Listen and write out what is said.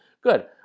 Good